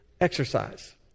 exercise